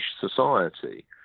society